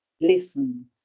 listen